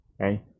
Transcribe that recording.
Okay